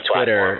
Twitter